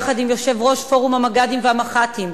שיחד עם יושב-ראש פורום המג"דים והמח"טים,